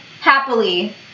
Happily